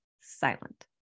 silent